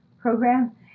program